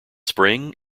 spring